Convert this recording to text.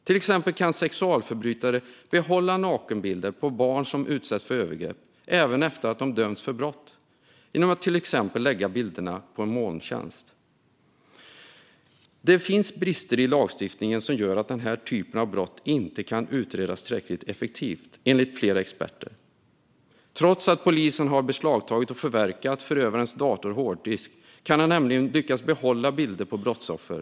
Till exempel kan sexualförbrytare behålla nakenbilder på barn som utsatts för övergrepp även efter att de har dömts för brott genom att till exempel lägga bilderna på en molntjänst. Det finns brister i lagstiftningen som gör att den här typen av brott inte kan utredas tillräckligt effektivt, enligt flera experter. Trots att polisen hade beslagtagit och förverkat bland annat förövarens dator och hårddisk kan han nämligen lyckas behålla bilder på brottsoffer.